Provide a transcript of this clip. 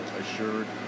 assured